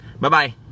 Bye-bye